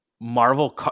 Marvel